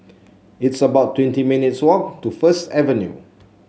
it's about twenty minutes' walk to First Avenue